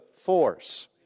force